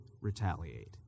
retaliate